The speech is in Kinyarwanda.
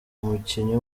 umukinnyi